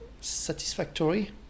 satisfactory